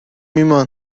ایمان